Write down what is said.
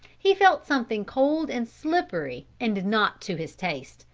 he felt something cold and slippery and not to his taste,